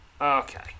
Okay